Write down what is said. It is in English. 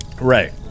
Right